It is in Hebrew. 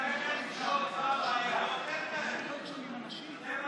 1 לא